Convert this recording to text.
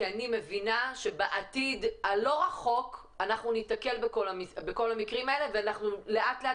כי אני מבינה שבעתיד הלא רחוק אנחנו ניתקל בכל המקרים האלה ולאט לאט